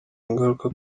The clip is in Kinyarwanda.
ingaruka